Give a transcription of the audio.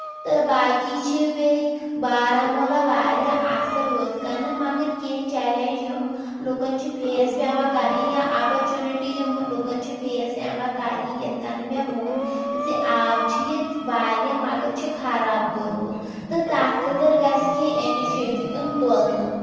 تہٕ باقٕے چھُ بیٚیہِ بارہمولہ واریاہ اَصٕل ہُتھ کَنہٕ مَگر ہَتھ کَنہٕ مگر کیٚنٛہہ چیٚلینج یِم لُکن چھِ فیس پیٚوان کرٕنۍ یا اَپرچونِٹی یِم لُکن چھِ فیس پیٚوان کرٕنۍ یِتھۍ کَن مےٚ ووٚن زِ آب چھُ ییٚتہِ واریاہ مَگر چھُ خراب کوٚرمُت تہٕ تَتھ خٲطر گژھِ کیٚنٛہہ اِنِشیٹیو یُن تُلنہٕ